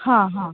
हां हां